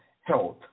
health